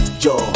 Yo